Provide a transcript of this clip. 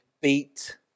beat